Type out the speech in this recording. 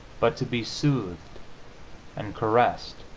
but to be soothed and caressed,